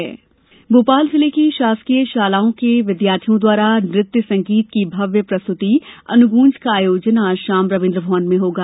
अनुगॅज भोपाल जिले की शासकीय शालाओं के विद्यार्थियों द्वारा नृत्य संगीत की भव्य प्रस्तुति अनुग्रँज का आयोजन आज शाम रवीन्द्र भवन में होगा